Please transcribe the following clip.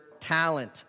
talent